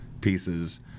pieces